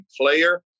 player